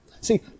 See